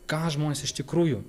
ką žmonės iš tikrųjų